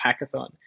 hackathon